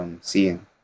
seeing